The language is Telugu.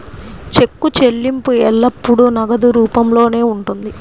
చెక్కు చెల్లింపు ఎల్లప్పుడూ నగదు రూపంలోనే ఉంటుంది